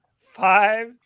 five